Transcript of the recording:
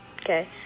Okay